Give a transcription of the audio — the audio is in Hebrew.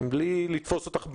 בלי לתפוס אותך במילה.